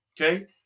Okay